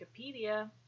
wikipedia